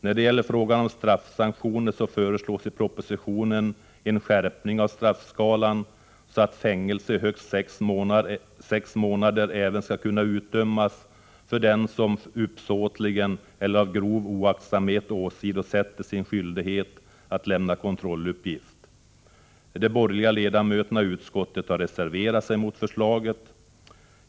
När det gäller frågan om straffsanktioner föreslås i propositionen en skärpning av straffskalan, så att fängelse i högst sex månader även skall kunna utdömas för den som uppsåtligen eller av grov oaktsamhet åsidosätter sin skyldighet att lämna kontrolluppgift. De borgerliga ledamöterna i utskottet har reserverat sig mot förslaget.